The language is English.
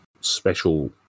special